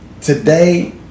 today